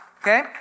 okay